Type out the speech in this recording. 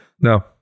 No